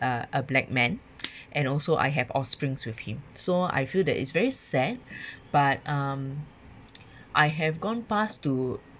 a a black man and also I have offsprings with him so I feel that it's very sad but um I have gone past to